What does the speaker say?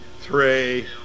Three